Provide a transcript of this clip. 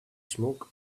smoke